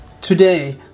Today